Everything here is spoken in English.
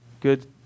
good